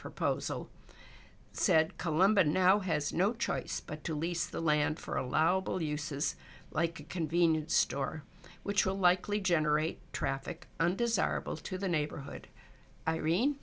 proposal said colomba now has no choice but to lease the land for allowable uses like a convenient store which will likely generate traffic undesirable to the neighborhood irene